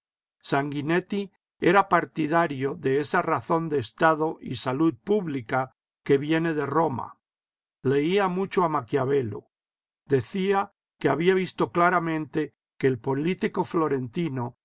sanguinetti era partidario de esa razón de estado y salud pública que viene de roma leía mucho a maquiavelo decía que había visto claramente que el político florentino